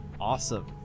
Awesome